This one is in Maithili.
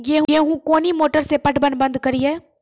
गेहूँ कोनी मोटर से पटवन बंद करिए?